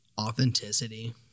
Authenticity